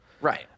Right